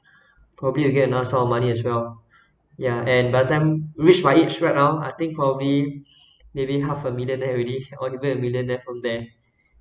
probably you get not so money as well yeah and by the time which my age right now I think for me maybe half a millionaire already or even a millionaire from there